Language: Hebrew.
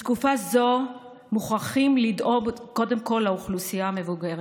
בתקופה זו מוכרחים לדאוג קודם כול לאוכלוסייה המבוגרת.